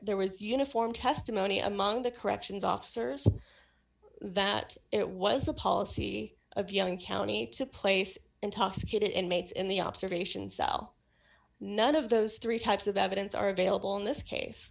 there was uniform testimony among the corrections officers that it was the policy of young county to place intoxicated inmates in the observation cell none of those three types of evidence are available in this case